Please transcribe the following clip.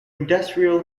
industrial